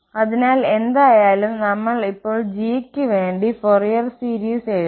അതിനാൽ എന്തായാലും നമ്മൾ ഇപ്പോൾ g ക്ക് വേണ്ടി ഫൊറിയർ സീരീസ് എഴുതാം